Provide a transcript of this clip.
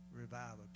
Revival